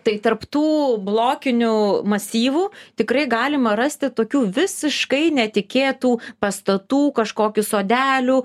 tai tarp tų blokinių masyvų tikrai galima rasti tokių visiškai netikėtų pastatų kažkokį sodelių